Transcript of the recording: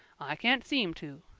i can't seem to,